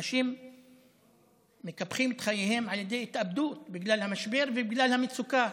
אנשים מקפחים את חייהם על ידי התאבדות בגלל המשבר ובגלל המצוקה.